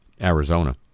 Arizona